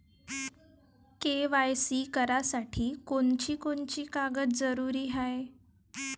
KYC करासाठी कोनची कोनची कागद जरुरी हाय?